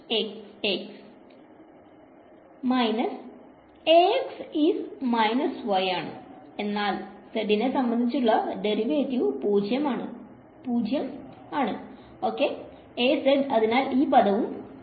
Student minus is y ആണ് എന്നാൽ z നെ സംബന്ധിച്ചുള്ള ഡെറിവേറ്റീവ് 0 ആണ് 0 ആണ് അതിനാൽ ഈ പദവും 0